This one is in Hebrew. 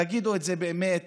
תגידו את זה באמת